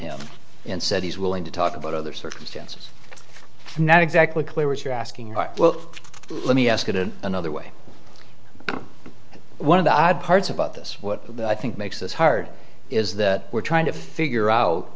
him and said he's willing to talk about other circumstances not exactly clear what you're asking well let me ask it in another way one of the odd parts about this what i think makes this hard is that we're trying to figure out